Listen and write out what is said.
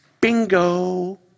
Bingo